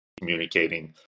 communicating